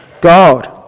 God